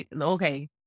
Okay